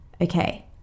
okay